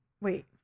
Wait